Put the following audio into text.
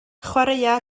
chwaraea